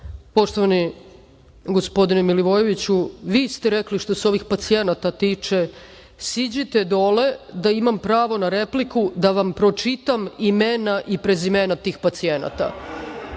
poštovani gospodine Milivojeviću, vi ste rekli – što se ovih pacijenata tiče, siđite dole da imam pravo na repliku da vam pročitam imena i prezimena tih pacijenata.